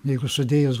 jeigu sudėjus